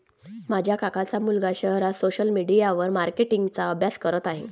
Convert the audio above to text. माझ्या काकांचा मुलगा शहरात सोशल मीडिया मार्केटिंग चा अभ्यास करत आहे